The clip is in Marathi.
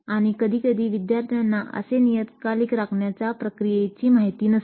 आणि कधीकधी विद्यार्थ्यांना असे नियतकालिक राखण्याच्या प्रक्रियेची माहिती नसते